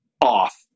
off